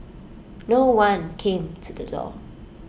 no one came to the door